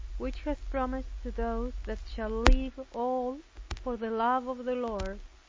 which has promised to those that shall leave all for the love of the lord,